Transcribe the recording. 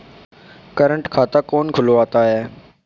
Current खाता कौन खुलवाता है?